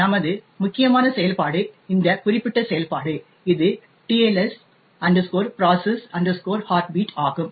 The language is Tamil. எனவே நமது முக்கியமான செயல்பாடு இந்த குறிப்பிட்ட செயல்பாடு இது tls process heartbeat ஆகும்